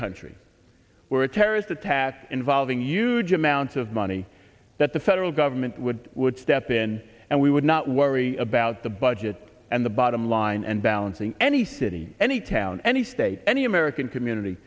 country where a terrorist attack involving huge amounts of money that the federal government would would step in and we would not worry about the budget and the bottom line and balancing any city any town any state any american community